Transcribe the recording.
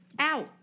ow